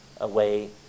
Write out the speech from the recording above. away